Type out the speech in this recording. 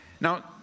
Now